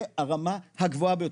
זה הרמה הגבוהה ביותר,